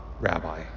Rabbi